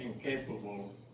incapable